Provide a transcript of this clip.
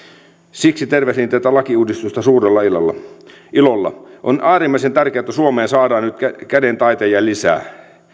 siksi tervehdin tätä lakiuudistusta suurella ilolla ilolla on äärimmäisen tärkeätä että suomeen saadaan nyt kädentaitajia lisää